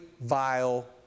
vile